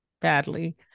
badly